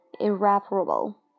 irreparable